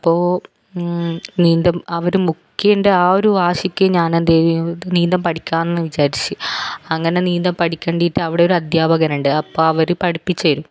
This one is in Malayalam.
അപ്പോൾ നീന്തും അവര് മുക്കിയേന്റെ ആ ഒരു വാശിക്ക് ഞാനെന്ത് ചെയ്തു നീന്തൽ പഠിക്കാമെന്ന് വിചാരിച്ച് അങ്ങനെ നീന്തൽ പഠിക്കാൻ വേണ്ടിയിട്ട് അവിടെ ഒരു അദ്ധ്യാപകനുണ്ട് അപ്പോൾ അവര് പഠിപ്പിച്ച് തരും